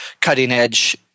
cutting-edge